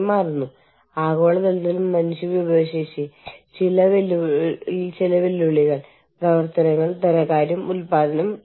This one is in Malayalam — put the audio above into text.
തൊഴിൽ ബന്ധങ്ങൾ അല്ലെങ്കിൽ ആഗോള തൊഴിൽ നിയമം എന്നിവയ്ക്കായി ഏതെങ്കിലും കേന്ദ്ര അന്താരാഷ്ട്ര അധികാരത്തിന്റെ അഭാവം